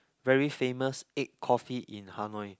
very famous egg coffee in Hanoi